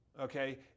okay